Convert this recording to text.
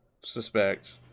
suspect